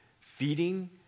Feeding